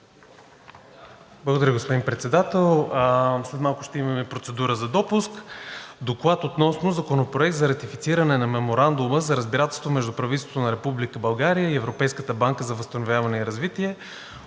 Благодаря, господин Председател. След малко ще имаме процедура за допуск. „ДОКЛАД относно Законопроект за ратифициране на Меморандума за разбирателство между Правителството на Република България и Европейската банка за възстановяване и развитие